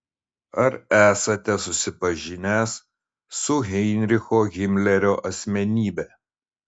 ar esate susipažinęs su heinricho himlerio asmenybe